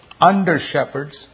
under-shepherds